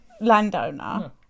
landowner